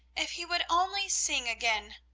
if he would only sing again!